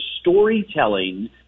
storytelling